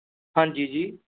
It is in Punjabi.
ਹਾਂਜੀ ਜੀ